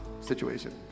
situation